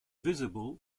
visible